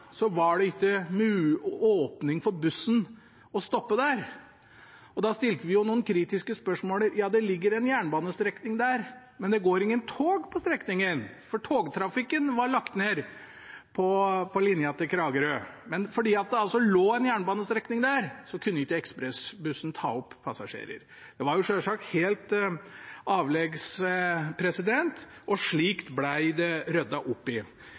var det ikke åpning for bussen å stoppe der. Da stilte vi noen kritiske spørsmål – ja, det ligger en jernbanestrekning der, men det går ingen tog på strekningen, for togtrafikken er lagt ned på linja til Kragerø. Fordi det lå en jernbanestrekning der, kunne ikke ekspressbussen ta opp passasjerer. Det var selvsagt helt avleggs, og det ble ryddet opp i.